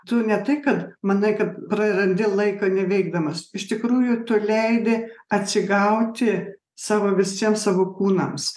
tu ne tai kad manai kad prarandi laiką neveikdamas iš tikrųjų tu leidi atsigauti savo visiems savo kūnams